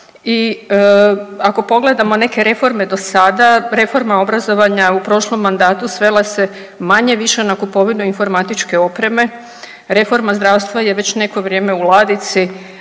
I ako pogledamo neke reforme do sada reforma obrazovanja u prošlom mandatu svela se manje-više na kupovinu informatičke opreme, reforma zdravstva je već neko vrijeme u ladici